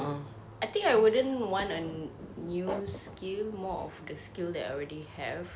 I think I wouldn't want a new skill more of the skill that I already have